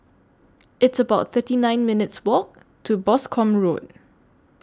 It's about thirty nine minutes' Walk to Boscombe Road